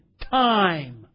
time